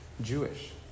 Jewish